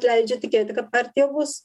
leidžia tikėti kad partija bus